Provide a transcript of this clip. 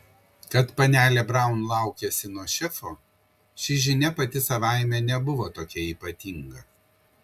kad panelė braun laukiasi nuo šefo ši žinia pati savaime nebuvo tokia ypatinga